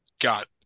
got